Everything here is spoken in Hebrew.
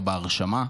לא בהרשמה,